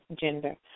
gender